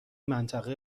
منطقه